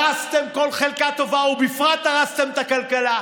הרסתם כל חלקה טובה, ובפרט הרסתם את הכלכלה.